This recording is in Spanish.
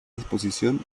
disposición